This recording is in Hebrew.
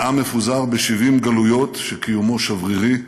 מעם מפוזר ב-70 גלויות, שקיומו שברירי,